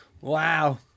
Wow